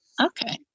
okay